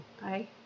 Bye